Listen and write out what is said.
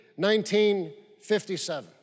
1957